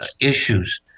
issues